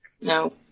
No